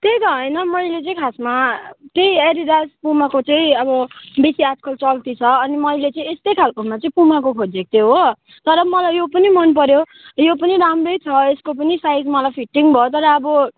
त्यही त होइन मैले चाहिँ खासमा त्यही एडिडिस पुमाको चाहिँ अब बेसी आजकल चल्ती छ अनि मैले चाहिँ यस्तै खालकोमा चाहिँ पुमाको खोजेको थिएँ हो तर मलाई यो पनि मनपऱ्यो यो पनि राम्रै छ यसको पनि साइज मलाई फिटिङ भयो तर अब